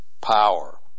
power